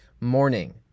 morning